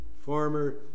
Former